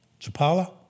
Chapala